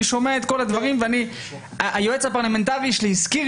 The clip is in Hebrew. אני שומע את כל הדברים והיועץ הפרלמנטרי שלי הזכיר